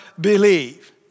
believe